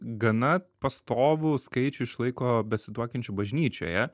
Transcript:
gana pastovų skaičių išlaiko besituokiančių bažnyčioje